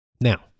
Now